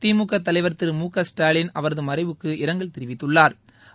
திமுக தலைவா் திரு மு க ஸ்டாலின் அவரது மறைவுக்கு இரங்கல் தெரிவித்துள்ளாா்